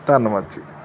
ਧੰਨਵਾਦ ਜੀ